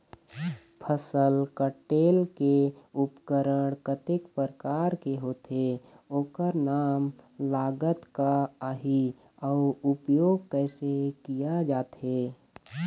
फसल कटेल के उपकरण कतेक प्रकार के होथे ओकर नाम लागत का आही अउ उपयोग कैसे किया जाथे?